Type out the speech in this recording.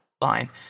line